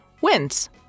wins